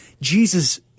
Jesus